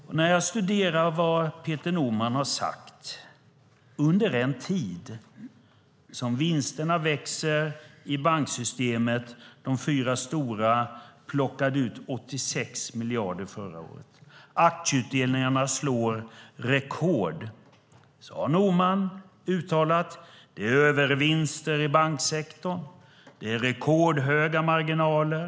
Jag har studerat vad Peter Norman sagt under en tid då vinsterna vuxit i banksystemet. De fyra stora plockade ut 86 miljarder förra året. Aktieutdelningarna slår rekord. Norman har uttalat att det är övervinster i banksektorn och rekordhöga marginaler.